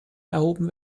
erhoben